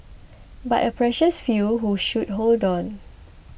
but a precious few who should hold on